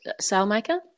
sailmaker